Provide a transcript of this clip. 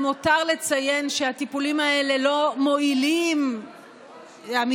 למותר לציין שהטיפולים האלה לא מועילים לאף אחד או אחת.